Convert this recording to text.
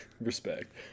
Respect